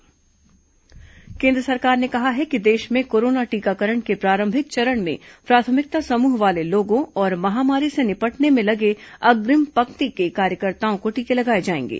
corona टीकाकरण केन्द्र सरकार ने कहा है कि देश में कोरोना टीकाकरण के प्रारंभिक चरण में प्राथमिकता समृह वाले लोगों और महामारी से निपटने में लगे अग्रिम पंक्ति के कार्यकर्ताओं को टीके लगाये जाएंगे